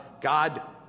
God